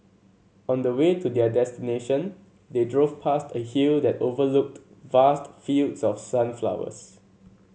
on the way to their destination they drove past a hill that overlooked vast fields of sunflowers